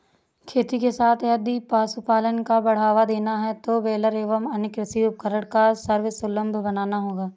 खेती के साथ यदि पशुपालन को बढ़ावा देना है तो बेलर एवं अन्य कृषि उपकरण को सर्वसुलभ बनाना होगा